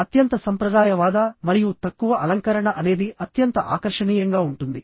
అత్యంత సంప్రదాయవాద మరియు తక్కువ అలంకరణ అనేది అత్యంత ఆకర్షణీయంగా ఉంటుంది